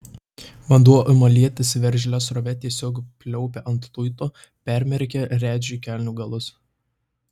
vanduo ima lietis veržlia srove tiesiog pliaupia ant luito permerkia redžiui kelnių galus